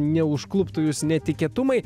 neužkluptų jus netikėtumai